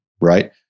right